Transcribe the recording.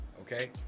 Okay